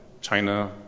China